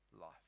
life